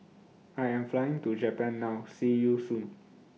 I Am Flying to Japan now See YOU Soon